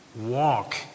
walk